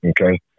okay